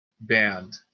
band